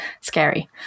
scary